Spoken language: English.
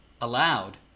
allowed